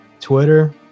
twitter